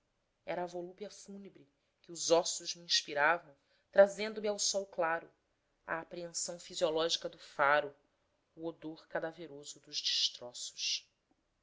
era a volúpia fúnebre que os ossos me inspiravam trazendo me ao sol claro à apreensão fisiológica do faro o odor cadaveroso dos destroços